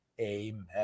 Amen